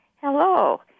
Hello